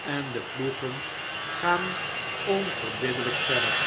en de ploegen gaan onverbiddeiyk verder